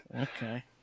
Okay